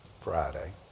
Friday